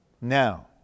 Now